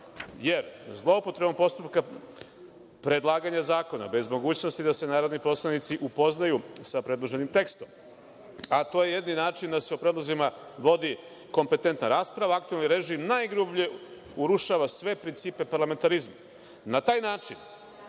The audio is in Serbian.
jer zloupotrebom postupka predlaganja zakona bez mogućnosti da se narodni poslanici upoznaju sa predloženim tekstom, a to je jedini način da se o predlozima vodi kompetentan rasprava, aktuelni režim najgrublje urušava sve principe parlamentarizma. Na taj način